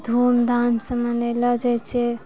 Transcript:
धूमधामसँ मनेलो जाइ छै